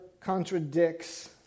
contradicts